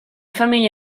famiglia